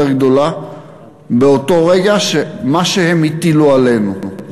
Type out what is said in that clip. גדולה באותו רגע של מה שהם הטילו עלינו.